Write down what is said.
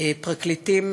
פרקליטים